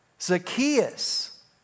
Zacchaeus